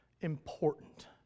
important